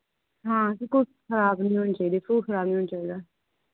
हां ते कुछ खराब नि होने चाहिदे फ्रूट खराब नि होना चाहिदा